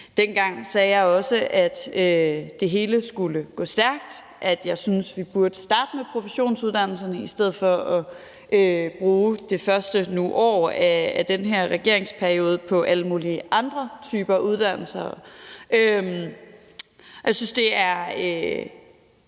Dengang sagde jeg også, at det hele skulle gå stærkt, og at jeg syntes, vi burde starte med professionsuddannelserne i stedet for at bruge det første nu år af den her regeringsperiode på alle mulige andre typer uddannelser. Jeg synes da også,